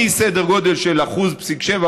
מסדר גודל של 1.7%,